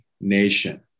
nation